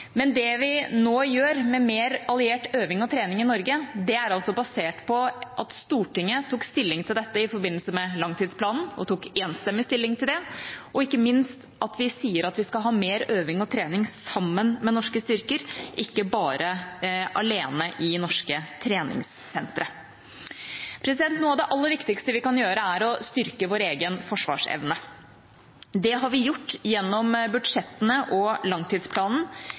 Men det vi nå gjør med mer alliert øving og trening i Norge, er basert på at Stortinget tok stilling til det i forbindelse med langtidsplanen – enstemmig tok stilling til det – og ikke minst at vi sier at vi skal ha mer øving og trening sammen med norske styrker, ikke bare alene i norske treningssentre. Noe av det aller viktigste vi kan gjøre, er å styrke vår egen forsvarsevne. Det har vi gjort gjennom budsjettene og langtidsplanen.